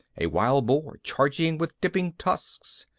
a wild boar charging with dipping tusks,